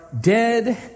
dead